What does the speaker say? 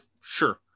sure